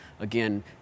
Again